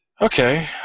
Okay